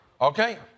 Okay